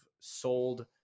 sold